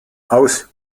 aus